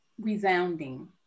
resounding